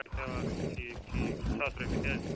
اَچھا حظ ٹھیٖک ٹھیٖک زٕ ساس رۄپیہِ تہِ حظ